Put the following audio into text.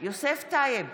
יוסף טייב,